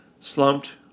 slumped